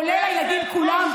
כולל הילדים כולם,